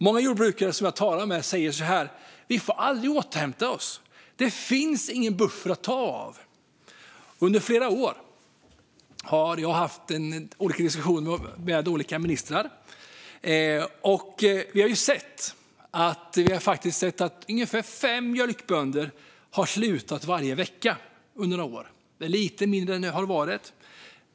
Många jordbrukare som jag talar med säger att de aldrig får återhämta sig - det finns ingen buffert att ta av. Under flera år har jag haft diskussioner med olika ministrar. Vi har sett att ungefär fem mjölkbönder har slutat varje vecka under några år. Det är lite mindre än vad det har varit.